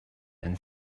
and